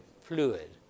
fluid